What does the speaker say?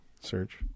search